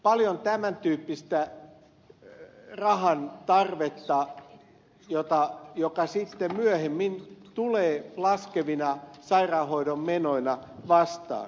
paljon on tämän tyyppistä rahan tarvetta joka sitten myöhemmin tulee laskevina sairaanhoidon menoina vastaan